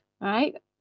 right